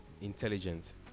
intelligence